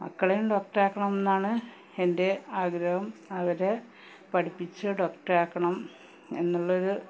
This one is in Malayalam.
മക്കളെയും ഡോക്ടറാക്കണമെന്നാണ് എൻ്റെ ആഗ്രഹം അവരെ പഠിപ്പിച്ച് ഡോക്ടറാക്കണം എന്നുള്ളൊരു